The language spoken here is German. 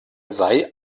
sei